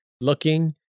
looking